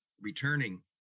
returning